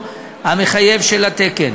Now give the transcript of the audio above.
177),